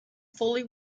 fully